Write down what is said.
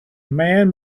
man